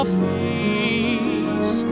face